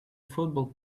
football